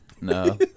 No